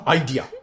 idea